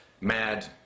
mad